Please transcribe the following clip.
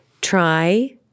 try